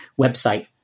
website